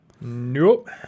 Nope